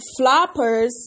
Floppers